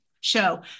show